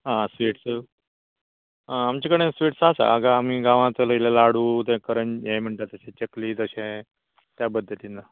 आं स्विट्स आं आमचें कडेन स्विट्स आसात हांगा आमी गांवांत लाडू तें करन हें म्हणटा तशें चकली तशें त्या पद्दतीन